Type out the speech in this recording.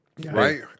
Right